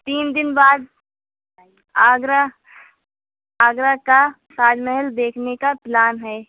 تین دن بعد آگرہ آگرہ کا تاج محل دیکھنے کا پلان ہے